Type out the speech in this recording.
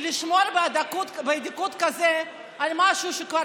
לשמור באדיקות כזאת על משהו שהוא כבר